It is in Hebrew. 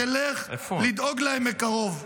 תלך לדאוג להם מקרוב.